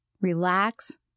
relax